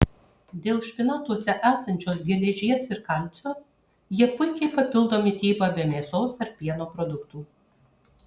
dėl špinatuose esančios geležies ir kalcio jie puikiai papildo mitybą be mėsos ar pieno produktų